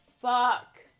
fuck